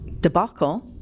debacle